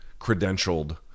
credentialed